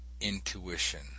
intuition